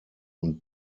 und